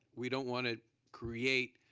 we don't want to create